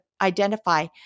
identify